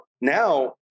now